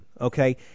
okay